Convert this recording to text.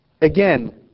again